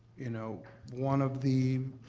you know one of the